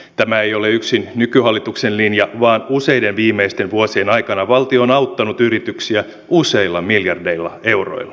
tämä ei ole yksin nykyhallituksen linja vaan useiden viimeisten vuosien aikana valtio on auttanut yrityksiä useilla miljardeilla euroilla